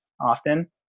often